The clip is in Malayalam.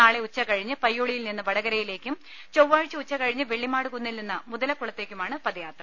നാളെ ഉച്ച കഴിഞ്ഞ് പയ്യോളി യിൽനിന്ന് വടകരയിലേക്കും ചൊവ്വാഴ്ച ഉച്ചകഴിഞ്ഞ് വെള്ളിമാടുകുന്നിൽനിന്ന് മുതലക്കുളത്തേയ്ക്കുമാണ് പദയാത്ര